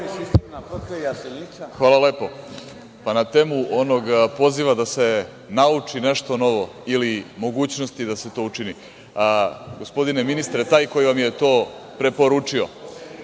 Hvala lepo. Na temu onoga poziva da se nauči nešto novo ili mogućnosti da se to učini, gospodine ministre, taj koji vam je to preporučio,